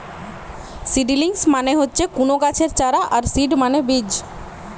seedlings মানে হচ্ছে কুনো গাছের চারা আর সিড মানে বীজ